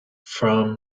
from